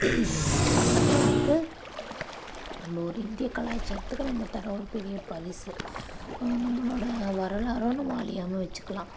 அதுதான் வந்து நம்ம ஒரு இந்திய கலாச்சாரத்துக்கு நம்ம தர ஒரு பெரிய பரிசு நம்மளோடய வரலாறு நம்ம அழியாமல் வச்சுக்கலாம்